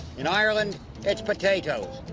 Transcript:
in ireland it's potatoes.